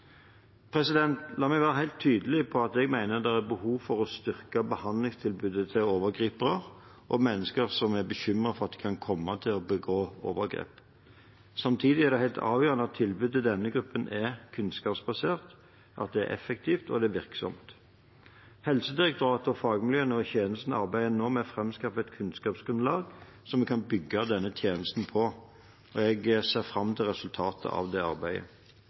La meg være helt tydelig på at jeg mener det er behov for å styrke behandlingstilbudet til overgripere og mennesker som er bekymret for at de kan komme til å begå overgrep. Samtidig er det helt avgjørende at tilbudet til denne gruppen er kunnskapsbasert, effektivt og virksomt. Helsedirektoratet, fagmiljøene og tjenestene arbeider nå med å framskaffe et kunnskapsgrunnlag som vi kan bygge denne tjenesten på, og jeg ser fram til resultatet av det arbeidet.